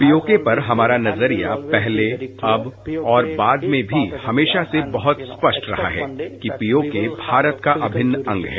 PoK पर हमारा नजरिया पहले अब और बाद में भी हमेशा से बहुत स्पष्ट रहा है कि पीओके भारत का अभिन्न अंग है